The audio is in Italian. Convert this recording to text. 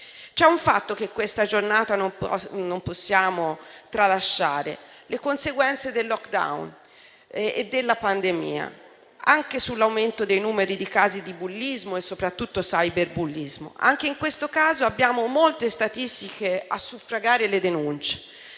C'è un fatto che in questa giornata non possiamo tralasciare: le conseguenze del *lockdown* e della pandemia anche sull'aumento dei numeri di casi di bullismo e soprattutto cyberbullismo. Anche in questo caso abbiamo molte statistiche a suffragare le denunce.